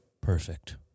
Perfect